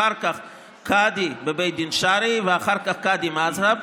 אחר כך קאדי בבית דין שרעי, ואחר כך קאדי מד'הב.